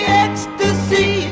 ecstasy